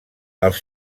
els